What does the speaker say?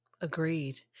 Agreed